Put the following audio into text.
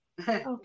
Okay